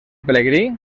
pelegrí